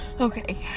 Okay